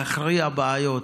להכריע בעיות.